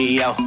yo